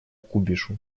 кубишу